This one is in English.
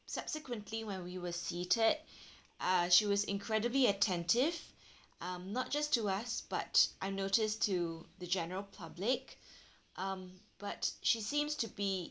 subsequently when we were seated uh she was incredibly attentive um not just to us but I notice to the general public um but she seems to be